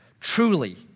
truly